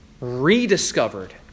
rediscovered